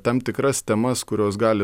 tam tikras temas kurios gali